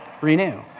renew